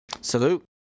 Salute